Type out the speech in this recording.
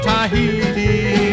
Tahiti